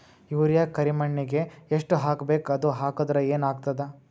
Urea ಕರಿಮಣ್ಣಿಗೆ ಎಷ್ಟ್ ಹಾಕ್ಬೇಕ್, ಅದು ಹಾಕದ್ರ ಏನ್ ಆಗ್ತಾದ?